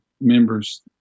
members